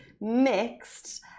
mixed